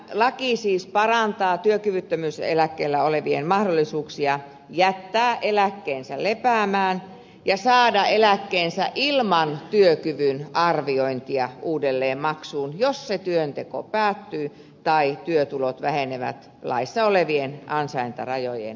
tämä laki siis parantaa työkyvyttömyyseläkkeellä olevien mahdollisuuksia jättää eläkkeensä lepäämään ja saada eläkkeensä ilman työkyvyn arviointia uudelleen maksuun jos se työnteko päättyy tai työtulot vähenevät laissa olevien ansaintarajojen mukaisesti